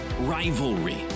Rivalry